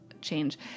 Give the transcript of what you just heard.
change